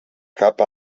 cap